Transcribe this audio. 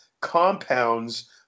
compounds